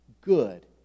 good